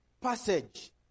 passage